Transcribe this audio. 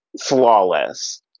flawless